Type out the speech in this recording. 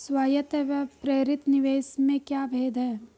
स्वायत्त व प्रेरित निवेश में क्या भेद है?